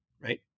right